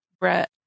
Brett